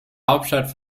hauptstadt